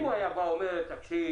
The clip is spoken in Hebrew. אם הוא היה אומר: תקשיב,